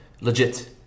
legit